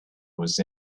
was